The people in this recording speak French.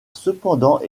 cependant